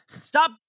stop